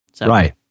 Right